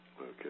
Okay